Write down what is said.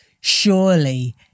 surely